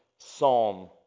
psalm